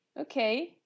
Okay